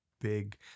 big